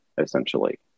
essentially